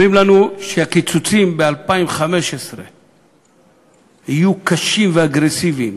אומרים לנו שהקיצוצים ב-2015 יהיו קשים ואגרסיביים.